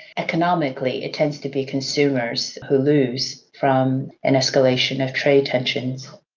economically it tends to be consumers who lose from an escalation of trade tensions.